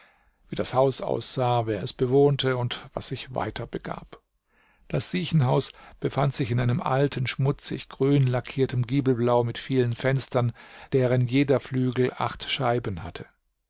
wie das haus aussah wer es bewohnte und was sich weiter begab das siechenhaus befand sich in einem alten schmutziggrün lackierten giebelbau mit vielen fenstern deren jeder flügel acht scheiben hatte